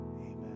amen